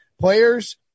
players